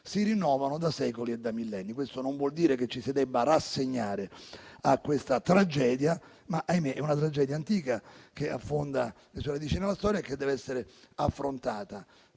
si rinnovano da millenni. Questo non vuol dire che ci si debba rassegnare a questa tragedia, che è antica, affonda le sue radici nella storia e che deve essere affrontata